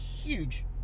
huge